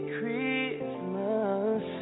Christmas